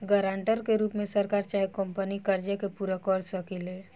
guarantor के रूप में सरकार चाहे कंपनी कर्जा के पूरा कर सकेले